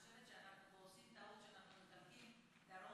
אני חושבת שאנחנו עושים טעות שאנחנו מחלקים לדרום